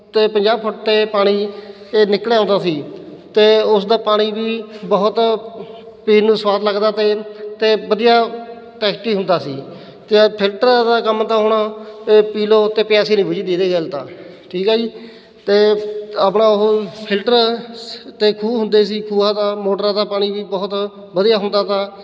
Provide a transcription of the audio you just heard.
ਅਤੇ ਪੰਜਾਹ ਫੁੱਟ 'ਤੇ ਪਾਣੀ ਇਹ ਨਿਕਲ ਆਉਂਦਾ ਸੀ ਅਤੇ ਉਸ ਦਾ ਪਾਣੀ ਵੀ ਬਹੁਤ ਪੀਣ ਨੂੰ ਸਵਾਦ ਲੱਗਦਾ ਅਤੇ ਅਤੇ ਵਧੀਆ ਟੇਸਟੀ ਹੁੰਦਾ ਸੀ ਅਤੇ ਫਿਲਟਰ ਦਾ ਕੰਮ ਤਾਂ ਹੁਣ ਇਹ ਪੀ ਲਉ ਅਤੇ ਪਿਆਸ ਹੀ ਨਹੀਂ ਬੁਝਦੀ ਇਹਦੇ ਗੈਲ ਤਾਂ ਠੀਕ ਆ ਜੀ ਅਤੇ ਆਪਣਾ ਉਹ ਫਿਲਟਰ ਅਤੇ ਖੂਹ ਹੁੰਦੇ ਸੀ ਖੂਹਾਂ ਦਾ ਮੋਟਰਾਂ ਦਾ ਪਾਣੀ ਵੀ ਬਹੁਤ ਵਧੀਆ ਹੁੰਦਾ ਤਾ